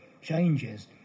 changes